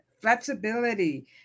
Flexibility